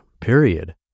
period